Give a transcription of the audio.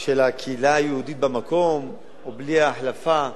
של הקהילה היהודית במקום או בלי החלפה.